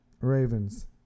Ravens